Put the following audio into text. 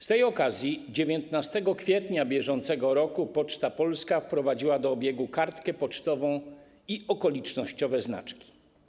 Z tej okazji 19 kwietnia br. Poczta Polska wprowadziła do obiegu kartkę pocztową i okolicznościowe znaczki.